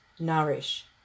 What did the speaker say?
nourish